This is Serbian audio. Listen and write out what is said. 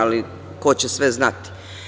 Ali, ko će sve znati?